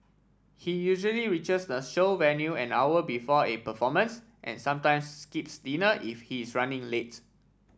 he usually reaches the show venue an hour before a performance and sometimes skips dinner if he is running late